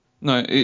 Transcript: No